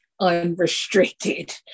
unrestricted